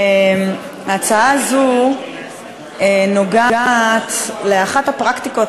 ההצעה הזאת נוגעת לאחת הפרקטיקות